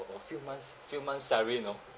for a few months few months salary you know